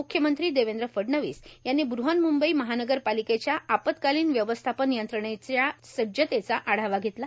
मुख्यमंत्री देवेंद्र फडणवीस यांनी बन्हमंबई महानगरपालिकेच्या आपतकालिन व्यवस्थापन यंत्रणेच्या सज्जतेचा आढावा घेतला